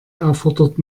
erfordert